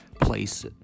place